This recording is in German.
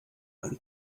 ein